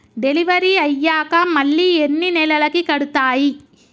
Delivery అయ్యాక మళ్ళీ ఎన్ని నెలలకి కడుతాయి?